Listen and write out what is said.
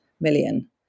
million